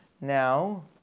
now